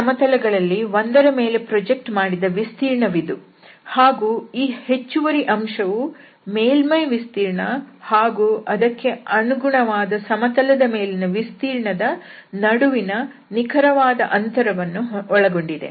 ಈ ಸಮತಲ ಗಳಲ್ಲಿ ಒಂದರ ಮೇಲೆ ಪ್ರಾಜೆಕ್ಟ್ ಮಾಡಿದ ವಿಸ್ತೀರ್ಣ ವಿದು ಹಾಗೂ ಈ ಹೆಚ್ಚುವರಿ ಅಂಶವು ಮೇಲ್ಮೈ ವಿಸ್ತೀರ್ಣ ಹಾಗೂ ಅದಕ್ಕೆ ಅನುಗುಣವಾದ ಸಮತಲದ ಮೇಲಿನ ವಿಸ್ತೀರ್ಣದ ನಡುವಿನ ನಿಖರವಾದ ಅಂತರವನ್ನು ಒಳಗೊಂಡಿದೆ